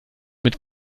mit